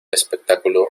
espectáculo